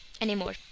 anymore